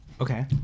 okay